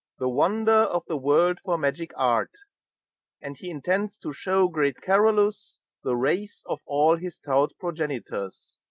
the wonder of the world for magic art and he intends to shew great carolus the race of all his stout progenitors,